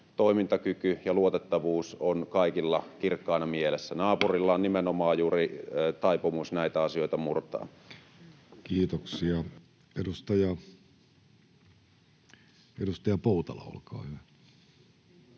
toimintakyky ja luotettavuus ovat kaikilla kirkkaana mielessä. Naapurilla on nimenomaan juuri taipumus näitä asioita murtaa. Edustaja Poutala, olkaa hyvä.